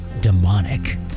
demonic